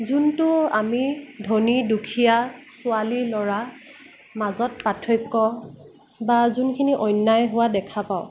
যোনটো আমি ধনী দুখীয়া ছোৱালী ল'ৰা মাজত পাৰ্থক্য বা যোনখিনি অন্যায় হোৱা দেখা পাওঁ